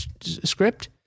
script